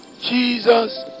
Jesus